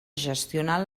gestionar